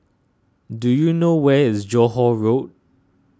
do you know where is Johore Road